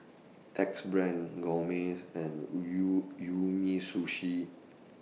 Axe Brand Gourmet and U Umisushi